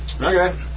Okay